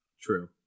True